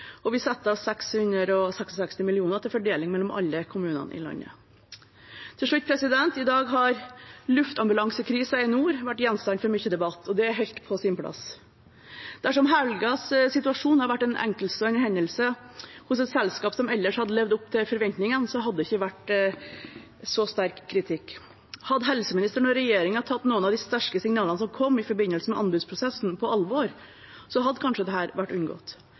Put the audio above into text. og vi setter av 666 mill. kr til fordeling mellom alle kommunene i landet. Til slutt: I dag har luftambulansekrisen i nord vært gjenstand for mye debatt, og det er helt på sin plass. Dersom helgens situasjon hadde vært en enkeltstående hendelse hos et selskap som ellers hadde levd opp til forventningene, hadde det ikke vært så sterk kritikk. Hadde helseministeren og regjeringen tatt noen av de sterke signalene som kom i forbindelse med anbudsprosessen på alvor, hadde dette kanskje vært unngått.